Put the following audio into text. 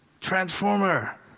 transformer